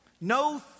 no